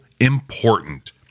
important